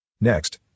Next